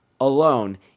alone